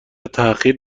تاخیر